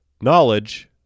Knowledge